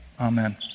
amen